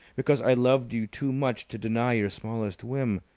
because i loved you too much to deny your smallest whim.